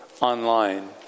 online